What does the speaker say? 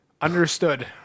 Understood